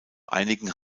einigen